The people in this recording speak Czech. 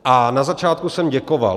A na začátku jsem děkoval.